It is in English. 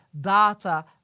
data